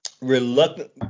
reluctant